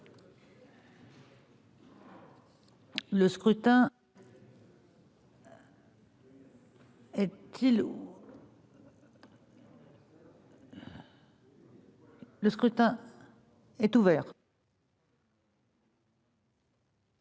Le scrutin est ouvert.